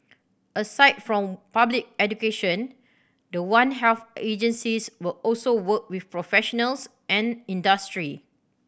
aside from public education the One Health agencies will also work with professionals and industry